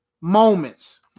moments